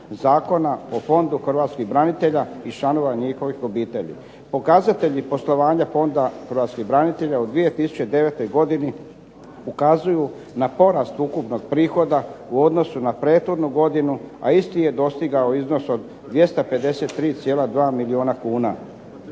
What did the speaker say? Zakona o Fondu hrvatskih branitelja i članova njihovih obitelji. Pokazatelji poslovanja Fonda hrvatskih branitelja u 2009. godini ukazuju na porast ukupnog prihoda u odnosu na prethodnu godinu, a isti je dostigao iznos od 253,2 milijuna kuna.